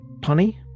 punny